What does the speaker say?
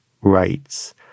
rights